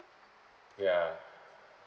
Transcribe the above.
ya